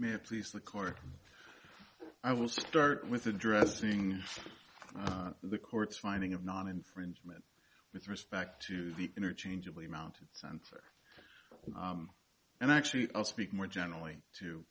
may please the court i will start with addressing the court's finding of non infringement with respect to the interchangeably mounted sensor and actually i'll speak more generally to